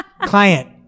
Client